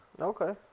Okay